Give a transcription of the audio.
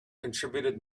contributed